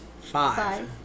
five